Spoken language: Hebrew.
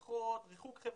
מסכות, ריחוק חברתי,